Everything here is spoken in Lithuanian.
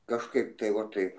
kažkaip tai va taip